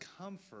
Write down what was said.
comfort